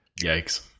Yikes